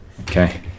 okay